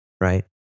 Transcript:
right